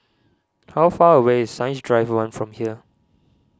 how far away is Science Drive one from here